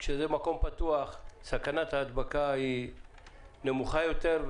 - כשזה מקום פתוח, סכנת ההדבקה היא נמוכה יותר.